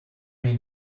may